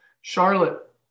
Charlotte